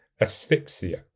asphyxia